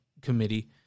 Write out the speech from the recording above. Committee